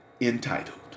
entitled